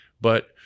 but-